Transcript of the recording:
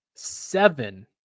seven